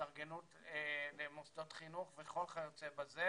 התארגנות במוסדות חינוך וכיוצא בזה.